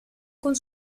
con